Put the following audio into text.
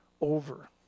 over